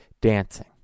dancing